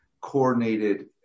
coordinated